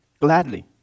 gladly